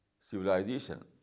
civilization